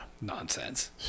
Nonsense